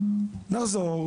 נחזור,